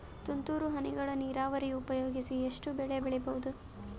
ತುಂತುರು ಹನಿಗಳ ನೀರಾವರಿ ಉಪಯೋಗಿಸಿ ಎಷ್ಟು ಬೆಳಿ ಬೆಳಿಬಹುದು?